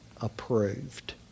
approved